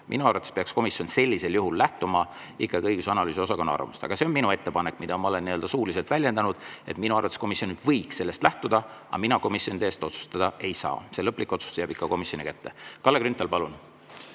Minu arvates peaks komisjon sellisel juhul lähtuma ikkagi õigus‑ ja analüüsiosakonna arvamusest. Aga see on minu ettepanek, mida ma olen suuliselt väljendanud. Minu arvates võiks komisjon sellest lähtuda, aga mina komisjoni eest otsustada ei saa, lõplik otsus jääb ikka komisjoni [teha]. Kalle Grünthal, palun!